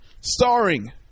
starring